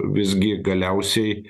visgi galiausiai